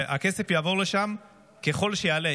והכסף יעבור לשם ככל שיעלה.